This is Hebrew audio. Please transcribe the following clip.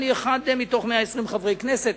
אני אחד מתוך 120 חברי כנסת,